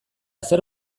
zer